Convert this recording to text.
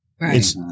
Right